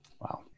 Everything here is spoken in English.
Wow